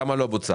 כמה לא בוצע,